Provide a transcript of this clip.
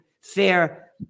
fair